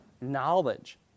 knowledge